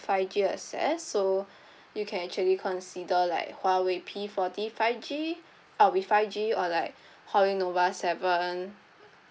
five G access so you can actually consider like Huawei P forty five G uh with five G or like Huawei nova seven